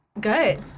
Good